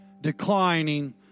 declining